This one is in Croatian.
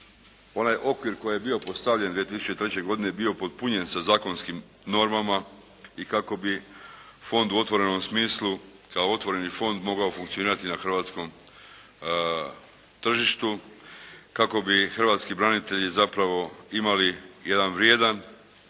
onaj okvir koji je bio postavljen 2003. godine bio upotpunjen sa zakonskim normama i kako bi fond u otvorenom smislu kao otvoreni fond mogao funkcionirati na hrvatskom tržištu, kako bi hrvatski branitelji zapravo imali jedan vrijedna